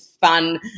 fun